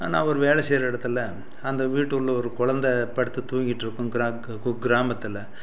நான் ஒரு வேலை செய்கிற இடத்துல அந்த வீட்டு உள்ளே ஒரு கொழந்த படுத்து தூங்கிக்கிட்டு இருக்கும் கிரா குக் குக் கிராமத்தில்